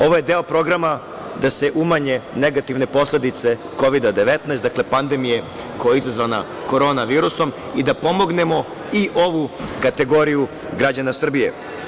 Ovo je deo Programa da se umanje negativne posledice COVIDA-19, dakle, pandemije koja je izazvana korona virusom i da pomognemo i ovu kategoriju građana Srbije.